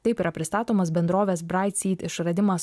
taip yra pristatomas bendrovės braitsyd išradimas